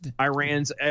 Iran's